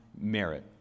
merit